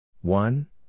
one